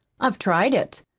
i've tried it.